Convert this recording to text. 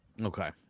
Okay